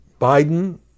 Biden